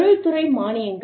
தொழில்துறை மானியங்கள்